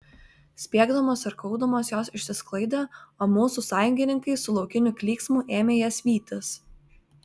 spiegdamos ir kaukdamos jos išsisklaidė o mūsų sąjungininkai su laukiniu klyksmu ėmė jas vytis